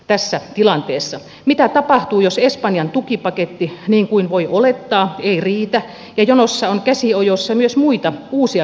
tässä tilanteessa mitä tapahtuu jos ei espanjan tukipaketti niin kuin voi olettaa ei riitä jonossa on käsi ojossa myös muita uusia